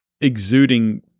exuding